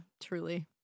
truly